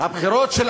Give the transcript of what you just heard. הבחירות של